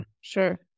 sure